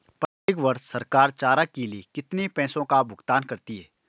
प्रत्येक वर्ष सरकार चारा के लिए कितने पैसों का भुगतान करती है?